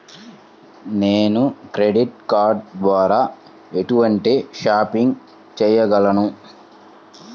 నేను credit card ద్వార ఎటువంటి షాపింగ్ చెయ్యగలను?